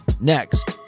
Next